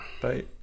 bye